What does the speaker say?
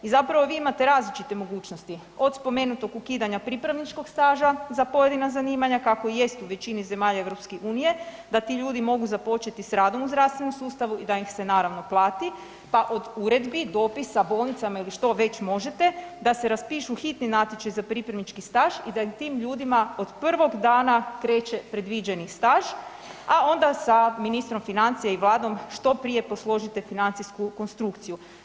I zapravo vi imate različite mogućnosti od spomenutog ukidanja pripravničkog staža za pojedina zanimanja kako jest u većini zemalja EU, da ti ljudi mogu započeti s radom u zdravstvenom sustavu i da ih se naravno plati, pa od uredbi, dopisa bolnicama ili što već možete da se raspišu hitni natječaji za pripravnički staž i da tim ljudima od prvog dana kreće predviđeni staž, a onda sa ministrom financija i Vladom što prije posložite financijsku konstrukciju.